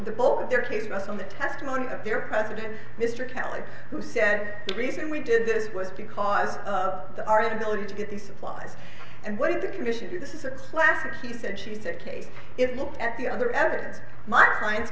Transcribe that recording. the bulk of their case goes on the testimony of their president mr kelley who said the reason we did this was because of our ability to get these supplies and what did the commission do this is a classic he said she said case if you look at the other evidence my clients